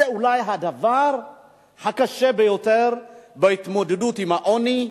זה אולי הדבר הקשה ביותר בהתמודדות עם העוני.